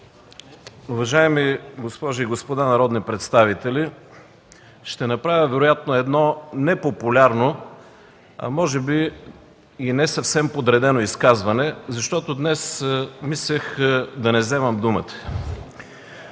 Уважаеми госпожи и господа народни представители, ще направя вероятно непопулярно, а може би и не съвсем подредено изказване, защото днес мислех да не вземам думата.